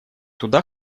туда